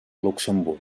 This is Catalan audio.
luxemburg